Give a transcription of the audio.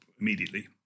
immediately